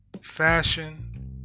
fashion